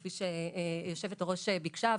כפי שיושבת-הראש ביקשה,